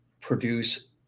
produce